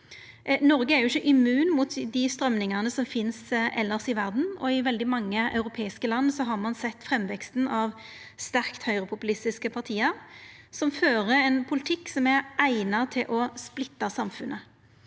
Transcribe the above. Noreg er ikkje immun mot dei strøymingane som finst elles i verda, og i veldig mange europeiske land har ein sett framveksten av sterkt høgrepopulistiske parti som fører ein politikk som er eigna til å splitta samfunnet.